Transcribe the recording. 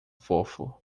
fofo